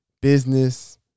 business